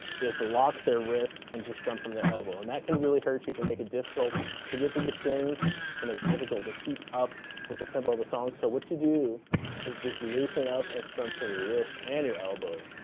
is lock their wrist and just strum from the elbow. and that can really hurt you. it can make it difficult to get through the strings. it can make it difficult to keep up with the tempo of the song. so what you do is just loosen up and strum from your wrist and your elbow,